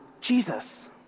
Jesus